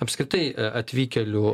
apskritai atvykėlių